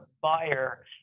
buyer